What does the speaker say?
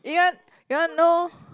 you want you want to know